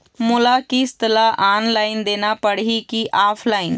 मोला किस्त ला ऑनलाइन देना पड़ही की ऑफलाइन?